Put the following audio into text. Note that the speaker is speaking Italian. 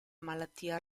malattia